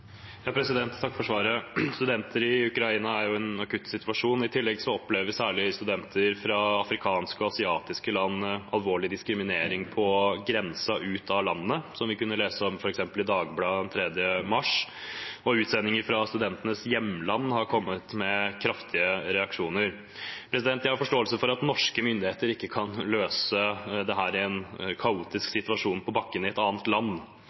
Takk for svaret. Studenter i Ukraina er i en akutt situasjon. I tillegg opplever særlig studenter fra afrikanske og asiatiske land alvorlig diskriminering på grensen ut av landet, som vi kunne lese om f.eks. i Dagbladet den 3. mars. Utsendinger fra studentenes hjemland har kommet med kraftige reaksjoner. Jeg har forståelse for at norske myndigheter ikke kan løse dette i en kaotisk situasjon på bakken i et annet land,